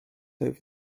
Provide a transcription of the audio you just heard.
over